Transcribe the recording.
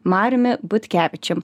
mariumi butkevičium